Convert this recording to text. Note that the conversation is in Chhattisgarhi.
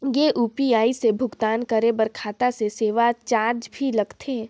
ये यू.पी.आई से भुगतान करे पर खाता से सेवा चार्ज भी लगथे?